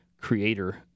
creator